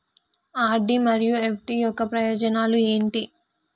RD మరియు FD యొక్క ప్రయోజనాలు ఏంటి?